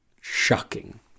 shocking